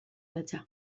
datza